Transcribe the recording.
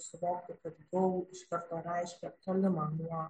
suvokti kad gou iškarto reiškia tolimą nuo